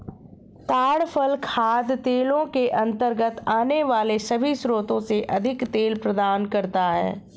ताड़ फल खाद्य तेलों के अंतर्गत आने वाले सभी स्रोतों से अधिक तेल प्रदान करता है